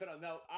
No